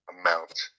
amount